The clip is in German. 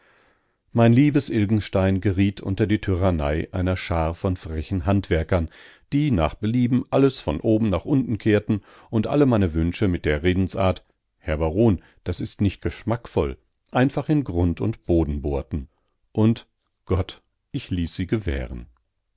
mein liebes ilgenstein geriet unter die tyrannei einer schar von frechen handwerkern die nach belieben alles von oben nach unten kehrten und alle meine wünsche mit der redensart herr baron das ist nicht geschmackvoll einfach in grund und boden bohrten und gott ich ließ sie gewähren